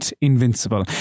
invincible